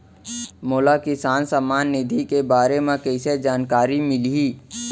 मोला किसान सम्मान निधि के बारे म कइसे जानकारी मिलही?